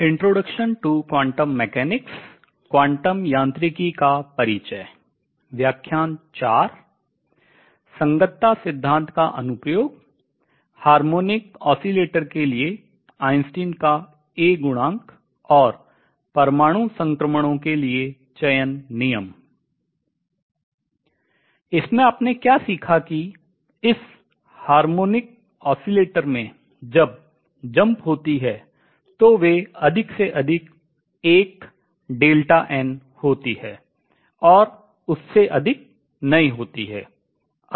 इसमें आपने क्या सीखा कि इस हार्मोनिक ऑसिलेटर में जब jump छलांग होती है तो वे अधिक से अधिक 1 डेल्टा n होती हैं और उससे अधिक नहीं होती हैं